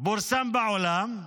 פורסם בעולם,